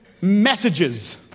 messages